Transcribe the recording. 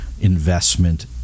investment